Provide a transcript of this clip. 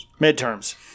Midterms